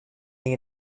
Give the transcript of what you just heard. the